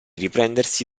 riprendersi